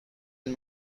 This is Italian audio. del